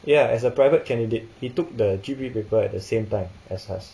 ya as a private candidate he took the G_P paper at the same time as us